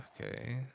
Okay